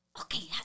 Okay